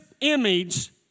image